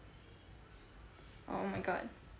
oh my god